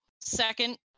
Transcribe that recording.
Second